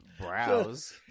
browse